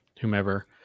whomever